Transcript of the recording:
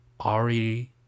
already